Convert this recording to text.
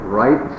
right